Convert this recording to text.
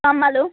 కమ్మలు